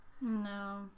No